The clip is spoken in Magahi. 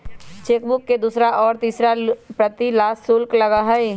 चेकबुक के दूसरा और तीसरा प्रति ला शुल्क लगा हई